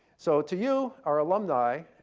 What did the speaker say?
so to you, our alumni,